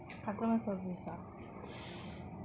customers service ah